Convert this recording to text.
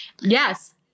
Yes